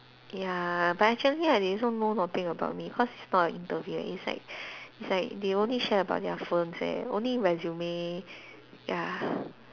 ya but actually ah they also know nothing about me cause it's not an interview it's like it's like they only share about their firms and only resume ya